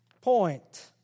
point